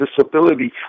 disability